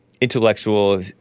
intellectual